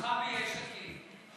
מקומך ביש עתיד.